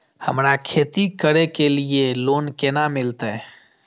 हमरा खेती करे के लिए लोन केना मिलते?